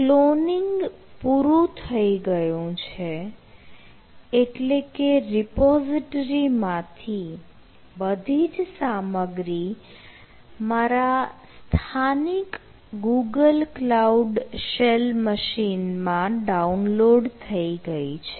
cloning પૂરું થઈ ગયું છે એટલે કે રિપોઝીટરી માંથી બધી જ સામગ્રી મારા સ્થાનિક ગૂગલ કલાઉડ શેલ મશીનમાં ડાઉનલોડ થઈ ગઈ છે